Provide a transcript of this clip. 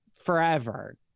forever